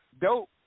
Dope